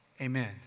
amen